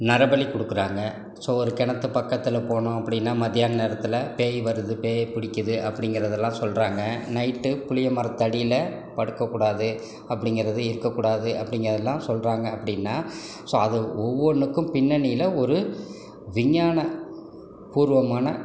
நரபலி கொடுக்குறாங்க ஸோ ஒரு கிணத்து பக்கத்தில் போனோம் அப்படின்னா மத்தியான நேரத்தில் பேய் வருது பேய் பிடிக்குது அப்படிங்கிறதலாம் சொல்கிறாங்க நைட் புளிய மரத்தடியில் படுக்க கூடாது அப்படிங்கிறது இருக்கக்கூடாது அப்படிங்கிறதுலாம் சொல்கிறாங்க அப்படின்னா ஸோ அது ஒவ்வொன்றுக்கும் பின்னணியில் ஒரு விஞ்ஞான பூர்வமான